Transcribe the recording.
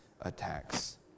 attacks